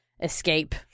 escape